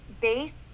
base